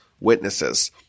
witnesses